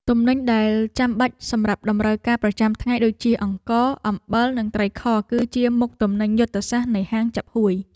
ទំនិញដែលចាំបាច់សម្រាប់តម្រូវការប្រចាំថ្ងៃដូចជាអង្ករ អំបិល និងត្រីខ គឺជាមុខទំនិញយុទ្ធសាស្ត្រនៃហាងចាប់ហួយ។